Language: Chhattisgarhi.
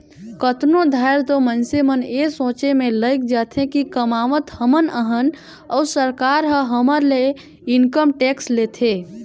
कतनो धाएर तो मइनसे मन ए सोंचे में लइग जाथें कि कमावत हमन अहन अउ सरकार ह हमर ले इनकम टेक्स लेथे